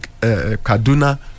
Kaduna